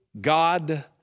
God